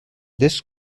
this